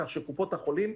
כך שקופות החולים,